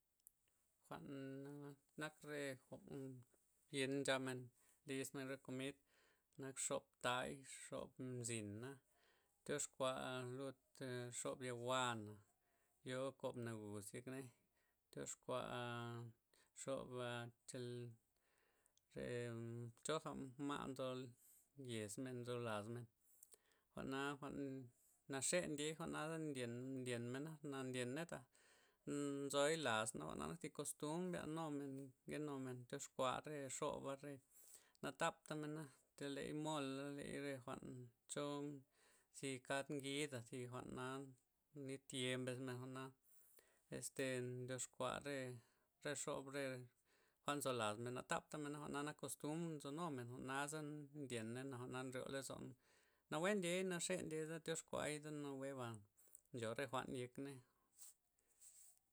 Jwa'n nak re jwa'n yen ncha men, liz men re komid nak xobtay, xob mzina', tyob xkua' lud xob lawua'na yo kob nagus yek ney, tyox kua xoba chel choga ma' nzo yes men, nzo las men jwa'na naxe ndiey jwa'na za ndyen ndyen mena, na ndyeney taj nzoy las naba' jwa'na nak thi kostum mbyan nomen, nkenum tox kua re xob re natab tamena teley mola' ley re jwa'n cho zi kad ngida' zi jwa'na nit ye' mbes men jwa'na este ndox kua re xob re kuan nzo las men, na tapta mena jwa'na nak kostum nzo numen jwa'na za ndyeney, jwa'na nrio lozon nawe ndiey naxe ndiey za tyox kuay za naweba' ncho jwa'n yek ney.